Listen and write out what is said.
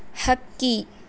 ಹಕ್ಕಿ